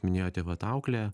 minėjote vat auklę